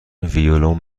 ویلون